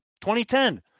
2010